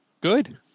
good